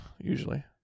usually